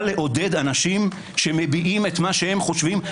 לעודד אנשים שמביעים את מה שהם חושבים,